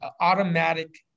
automatic